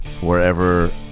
wherever